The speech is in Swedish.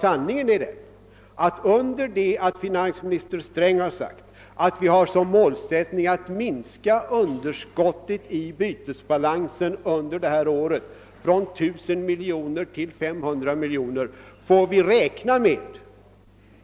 Sanningen är emellertid den att under det att finansminister Sträng sagt att regeringen har som målsättning att minska underskottet i bytesbalansen under detta år från 1000 miljoner till 500 miljoner, så får vi räkna med